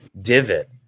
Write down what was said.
divot